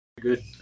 good